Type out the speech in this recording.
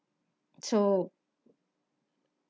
so